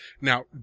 now